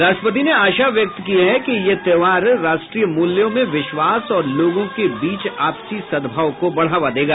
राष्ट्रपति ने आशा व्यक्त की है कि यह त्योहार राष्ट्रीय मूल्यों में विश्वास और लोगों के बीच आपसी सद्भाव को बढ़ावा देगा